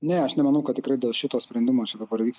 ne aš nemanau kad tikrai dėl šito sprendimo čia dabar vyks